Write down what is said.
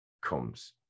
comes